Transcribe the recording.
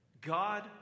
God